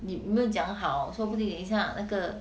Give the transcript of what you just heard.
你有没有讲好说不定等一下那个